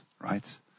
right